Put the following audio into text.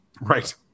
Right